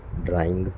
drawing